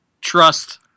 trust